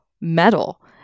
metal